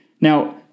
Now